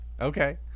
Okay